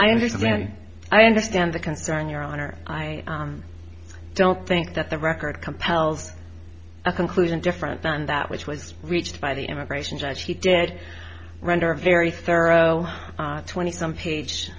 i understand i understand the concern your honor i don't think that the record compels a conclusion different than that which was reached by the immigration judge he did render a very thorough twenty some page